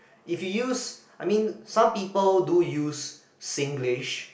if you use I mean some people do use Singlish